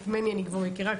את מני אני כבר מכירה,